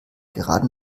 gerade